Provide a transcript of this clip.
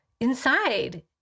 inside